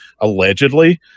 allegedly